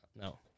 No